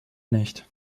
nicht